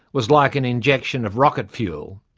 was like an injection of rocket fuel.